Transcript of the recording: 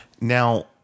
Now